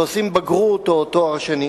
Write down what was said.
ועושים בגרות או תואר שני.